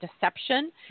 Deception